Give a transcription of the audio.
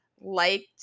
liked